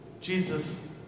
Jesus